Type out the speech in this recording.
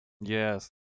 Yes